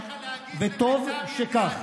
וטוב שכך.